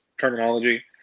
terminology